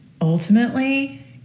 Ultimately